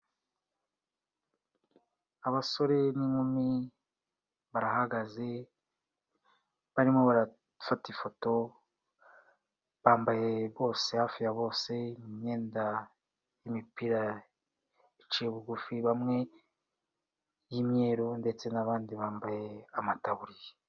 Abasore n'inkumi barahagaze barimo barafata ifoto, bambaye bose hafi ya bose imyenda y'imipira iciye bugufi bamwe y'imyeru ndetse n'abandi bambaye amataburiya.